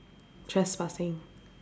trespassing